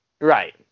Right